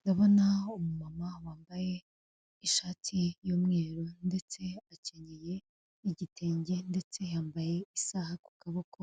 Ndabona umumama wambaye ishati y'umweru, ndetse akenyeye igitenge, ndetse yambaye isaha ku kaboko,